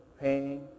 pain